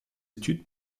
études